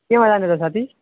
केमा जानु त साथी